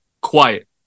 quiet